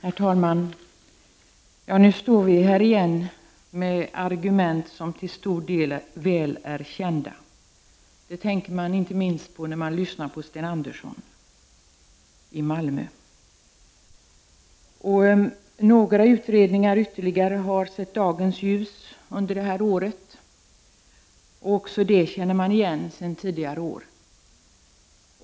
Herr talman! Nu står vi här igen med argumenten som till stor del väl är kända. Det tänker man inte minst på när man lyssnar på Sten Andersson i Malmö. Några utredningar ytterligare har sett dagens ljus under det gångna året. Också det är något vi känner igen från tidigare år.